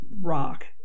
rock